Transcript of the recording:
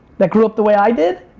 that grew up the way i did,